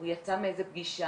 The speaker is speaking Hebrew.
הוא יצא מפגישה,